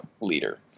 leader